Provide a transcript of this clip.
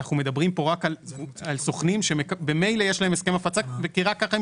אנחנו מדברים כאן רק על סוכנים שממילא יש להם הסכם הפצה כי רק כך הם